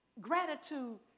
Gratitude